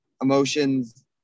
emotions